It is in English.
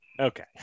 Okay